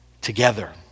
together